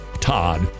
Todd